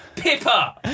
Pippa